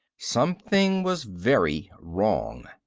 something was very wrong.